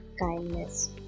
kindness